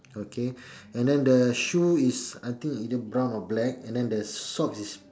okay and then the shoe is I think either brown or black and then the socks is